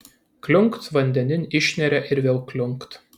kliunkt vandenin išneria ir vėl kliunkt